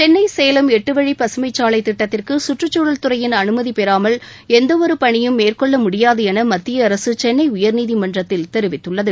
சென்னை சேலம் எட்டு வழி பசுமைச் சாலை திட்டத்திற்கு சுற்றுச்சூழல் துறையின் அனுமதி பெறாமல் எந்த ஒரு பணியும் மேற்கொள்ள முடியாது என மத்திய அரசு சென்னை உயர்நீதிமன்றத்தில் தெரிவித்துள்ளது